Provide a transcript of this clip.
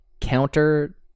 counter